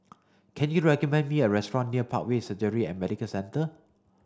can you recommend me a restaurant near Parkway Surgery and Medical Centre